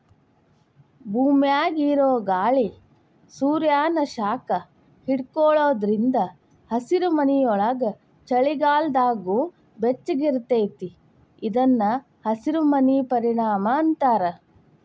ಭೂಮ್ಯಾಗಿರೊ ಗಾಳಿ ಸೂರ್ಯಾನ ಶಾಖ ಹಿಡ್ಕೊಳೋದ್ರಿಂದ ಹಸಿರುಮನಿಯೊಳಗ ಚಳಿಗಾಲದಾಗೂ ಬೆಚ್ಚಗಿರತೇತಿ ಇದನ್ನ ಹಸಿರಮನಿ ಪರಿಣಾಮ ಅಂತಾರ